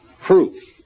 proof